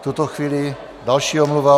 V tuto chvíli další omluva.